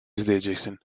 izleyeceksin